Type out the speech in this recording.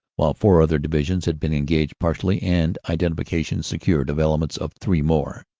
while four other divisions had been engaged partially and identifications secured of elements of three more.